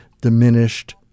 diminished